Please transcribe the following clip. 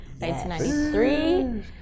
1993